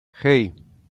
hey